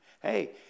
Hey